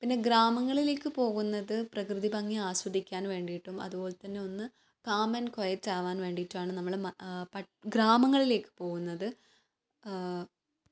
പിന്നെ ഗ്രാമങ്ങളിലേക്ക് പോകുന്നത് പ്രകൃതി ഭംഗി ആസ്വദിക്കാൻ വേണ്ടീട്ടും അതുപോലെ തന്നെ ഒന്ന് കാം ആൻഡ് ക്വൈറ്റാവാൻ വേണ്ടീട്ടാണ് നമ്മൾ പട്ട ഗ്രാമങ്ങളിലേക്ക് പോകുന്നത്